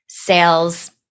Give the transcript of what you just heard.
sales